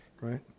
Right